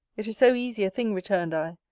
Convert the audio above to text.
it is so easy a thing, returned i,